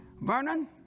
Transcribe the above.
Vernon